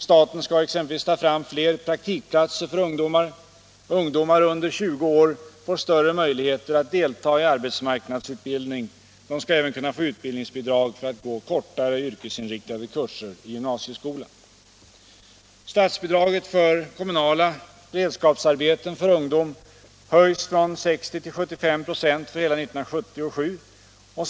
Staten skall exempelvis ta fram fler praktikplatser för ungdomar. Ungdomar under 20 år får större möjligheter att delta i arbetsmarknadsutbildning. De skall även kunna få utbildningsbidrag för att gå kortare yrkesinriktade kurser i gymnasieskolan. Statsbidraget för kommunala beredskapsarbeten för ungdomar höjs från 60 96 till 75 96 för hela 1977.